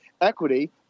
Equity